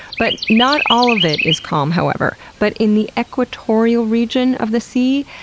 but not all of it is calm, however. but in the equatorial region of the sea,